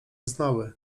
znały